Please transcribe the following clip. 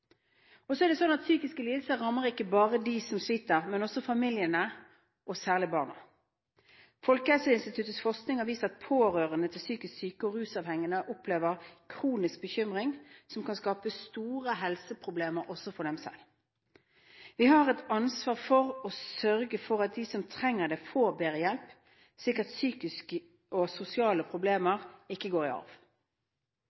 Psykiske lidelser rammer ikke bare dem som sliter, men også familiene, og særlig barna. Folkehelseinstituttets forskning har vist at pårørende til psykisk syke og rusavhengige opplever kronisk bekymring som kan skape store helseproblemer også for dem selv. Vi har et ansvar for å sørge for at de som trenger det, får bedre hjelp, slik at psykiske og sosiale problemer